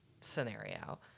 scenario